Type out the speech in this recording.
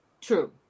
true